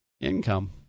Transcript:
Income